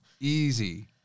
Easy